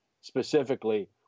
specifically